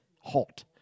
halt